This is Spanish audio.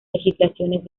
legislaciones